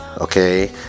okay